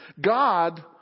God